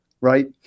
right